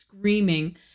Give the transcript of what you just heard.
screaming